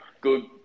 good